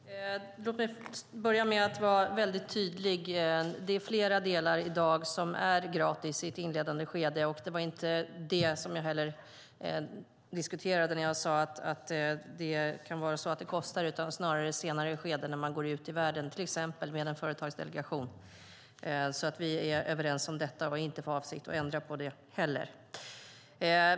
Fru talman! Låt mig börja med att vara väldigt tydlig. Det är flera delar i dag som är gratis i ett inledande skede. Det var inte heller det som jag diskuterade när jag sade att det kan kosta, utan det är snarare när man i ett senare skede går ut i världen, till exempel med en företagsdelegation, så att vi är överens om detta. Jag har inte heller för avsikt att ändra på detta.